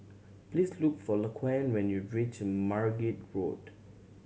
please look for Laquan when you reach Margate Road